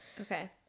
Okay